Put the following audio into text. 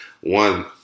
one